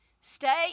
stay